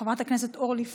חברת הכנסת אורלי פרומן,